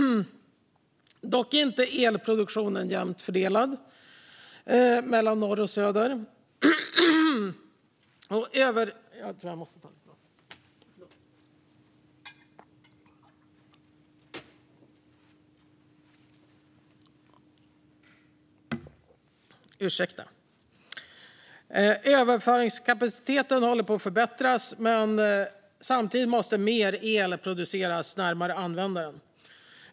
Dock är elproduktionen inte jämnt fördelad mellan norr och söder. Överföringskapaciteten håller på att förbättras, men samtidigt måste mer el produceras närmare användaren.